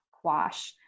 quash